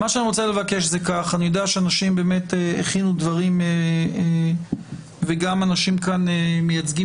יודע שאנשים הכינו דברים ואנשים מייצגים